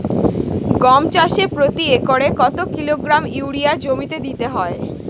গম চাষে প্রতি একরে কত কিলোগ্রাম ইউরিয়া জমিতে দিতে হয়?